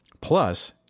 Plus